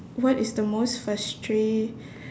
what is the most frustra~